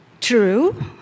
True